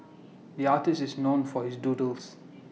the artist is known for his doodles